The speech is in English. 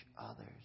others